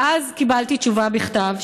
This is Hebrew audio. ואז קיבלתי תשובה בכתב,